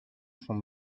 sont